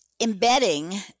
embedding